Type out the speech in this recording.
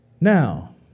Now